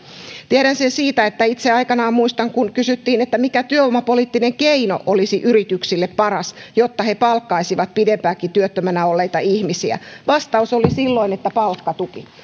tiedän sen siitä että itse muistan kun aikanaan kysyttiin mikä työvoimapoliittinen keino olisi yrityksille paras jotta he palkkaisivat pidempäänkin työttömänä olleita ihmisiä niin vastaus oli silloin että palkkatuki